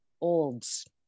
Olds